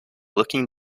looking